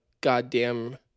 goddamn